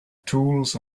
tools